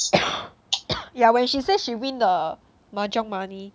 yeah when she say she win the mahjong money